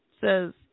says